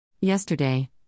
Yesterday